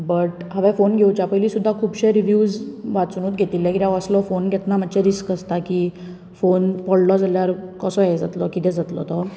but हांवें phone घेवच्या पयली सुद्दां खुबश्यो रिवीवज वाचुनूत घेतिल्ल्यो कित्याक असलो फोन घेतना मात्शे रिस्क आसता की फोन पडलो जाल्यार कसो हे जातलो कितें जातलो तो